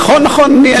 נכון, נכון.